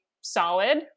solid